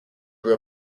grew